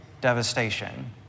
devastation